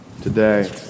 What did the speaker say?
today